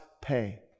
pay